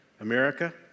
America